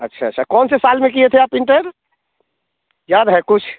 अच्छा अच्छा कौन से साल में किए थे आप इंटर याद है कुछ